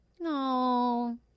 No